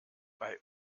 bei